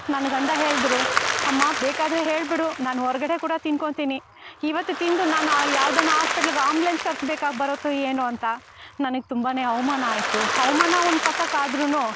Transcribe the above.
ನನ್ನ ಗಂಡ ಹೇಳಿದ್ರು ಅಮ್ಮಾ ಬೇಕಾದರೆ ಹೇಳ್ಬಿಡು ನಾನು ಹೊರ್ಗಡೆ ಕೂಡ ತಿಂದ್ಕೊಳ್ತೀನಿ ಇವತ್ತು ತಿಂದು ನಾನು ಯಾವ್ದಾನ ಆಸ್ಪೆಟ್ಲ್ಗೆ ಆಂಬ್ಲೆನ್ಸ್ ಕರೆಸಬೇಕಾಗಿ ಬರತ್ತೋ ಏನೋ ಅಂತ ನನಗೆ ತುಂಬನೇ ಅವಮಾನ ಆಯ್ತು ಅವ್ಮಾನ ಒಂದು ಪಕ್ಕಕ್ಕಾದ್ರೂನು